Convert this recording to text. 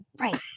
Right